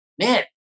man